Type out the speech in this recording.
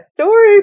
story